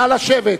נא לשבת.